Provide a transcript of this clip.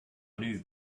knew